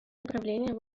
направлением